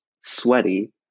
sweaty